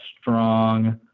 strong